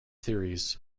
theories